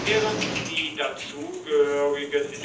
während die dazu gehörigen